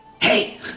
Hey